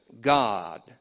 God